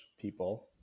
people